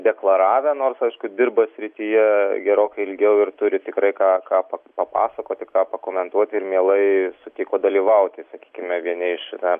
deklaravę nors aišku dirba srityje gerokai ilgiau ir turi tikrai ką ką pa papasakoti ką pakomentuoti ir mielai sutiko dalyvauti sakykime vieni iš yra